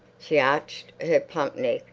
she arched her plump neck.